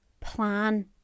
plan